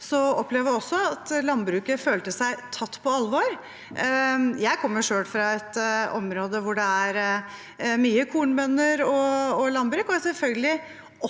opplevde jeg at landbruket følte at de ble tatt på alvor. Jeg kommer selv fra et område hvor det er mye kornbønder og landbruk, og jeg er selvfølgelig